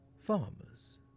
farmers